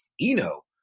Eno